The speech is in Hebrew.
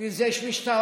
בשביל זה יש משטרה,